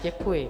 Děkuji.